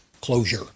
closure